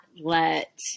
let